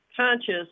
conscious